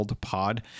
pod